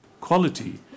Quality